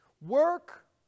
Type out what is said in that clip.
Work